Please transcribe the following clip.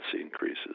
increases